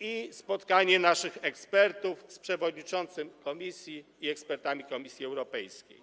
i spotkanie naszych ekspertów z przewodniczącym Komisji i ekspertami Komisji Europejskiej.